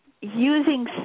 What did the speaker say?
using